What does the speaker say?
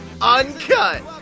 uncut